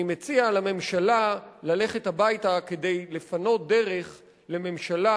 אני מציע לממשלה ללכת הביתה כדי לפנות דרך לממשלה